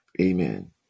Amen